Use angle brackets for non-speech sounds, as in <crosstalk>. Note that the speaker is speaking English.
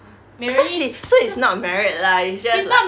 <breath> it's okay so he's not married lah he's just like